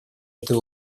этой